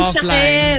offline